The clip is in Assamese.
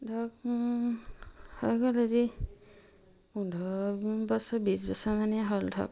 ধৰক হৈ গ'ল আজি পোন্ধৰ বছৰ বিছ বছৰ মানে হ'ল ধৰক